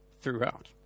throughout